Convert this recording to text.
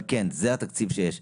אבל כן: זה התקציב שיש.